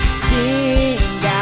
sing